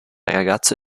ragazzo